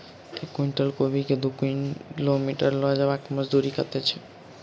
एक कुनटल कोबी केँ दु किलोमीटर लऽ जेबाक मजदूरी कत्ते होइ छै?